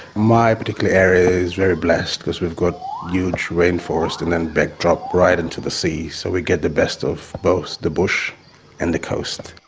my particular area is very blessed, because we've got huge rainforest and then backdrop right into the sea, so we get the best of both the bush and the coast.